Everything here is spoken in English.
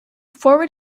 forward